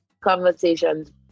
conversations